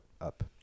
up